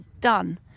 done